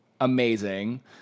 amazing